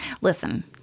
Listen